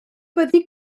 byddi